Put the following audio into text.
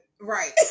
Right